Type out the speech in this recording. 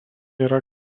yra